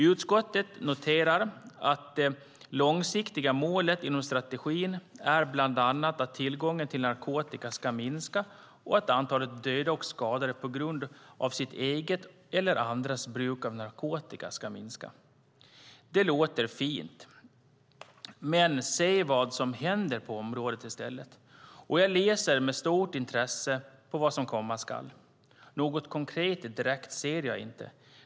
Utskottet noterar att det långsiktiga målet inom strategin bland annat är att tillgången till narkotika ska minska och att antalet döda och skadade på grund av eget eller andras bruk av narkotika ska minska. Det låter fint, men säg vad som händer på området i stället! Jag läser med stort intresse vad som komma skall. Men något direkt konkret ser jag inte.